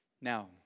Now